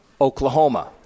oklahoma